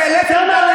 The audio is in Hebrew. תתבייש לך.